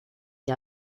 que